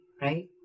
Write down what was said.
right